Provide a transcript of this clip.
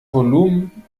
volumen